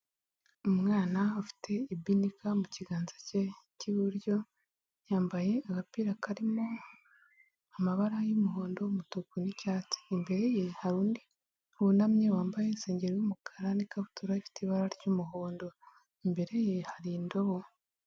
Umwana ufite ibinika mu kiganza cye cy'iburyo, yambaye agapira karimo amabara y'umuhondo, umutuku n'icyatsi, imbere ye hari undi wunamye wambaye insengeri y'umukara n'ikabutura ifite ibara ry'umuhondo, imbere ye hari indobo.